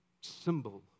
symbol